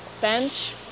bench